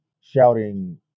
shouting